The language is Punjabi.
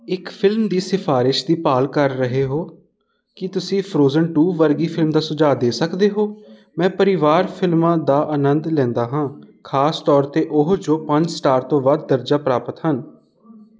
ਇੱਕ ਫਿਲਮ ਦੀ ਸਿਫਾਰਸ਼ ਦੀ ਭਾਲ ਕਰ ਰਹੇ ਹੋ ਕੀ ਤੁਸੀਂ ਫ੍ਰੋਜ਼ਨ ਟੂ ਵਰਗੀ ਫਿਲਮ ਦਾ ਸੁਝਾਅ ਦੇ ਸਕਦੇ ਹੋ ਮੈਂ ਪਰਿਵਾਰਕ ਫਿਲਮਾਂ ਦਾ ਅਨੰਦ ਲੈਂਦਾ ਹਾਂ ਖਾਸ ਤੌਰ 'ਤੇ ਉਹ ਜੋ ਪੰਜ ਸਟਾਰ ਤੋਂ ਵੱਧ ਦਰਜਾ ਪ੍ਰਾਪਤ ਹਨ